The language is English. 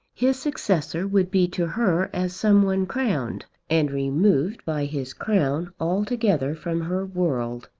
his successor would be to her as some one crowned, and removed by his crown altogether from her world.